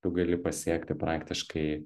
tu gali pasiekti praktiškai